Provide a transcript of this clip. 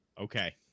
Okay